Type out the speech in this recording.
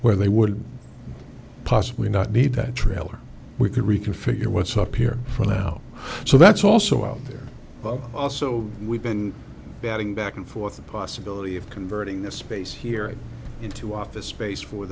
where they would possibly not need that trailer we can reconfigure what's up here for now so that's also out there also we've been batting back and forth the possibility of converting the space here into office space for